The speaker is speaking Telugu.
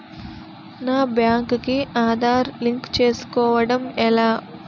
నా బ్యాంక్ కి ఆధార్ లింక్ చేసుకోవడం ఎలా?